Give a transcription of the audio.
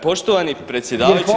Poštovani predsjedavajući.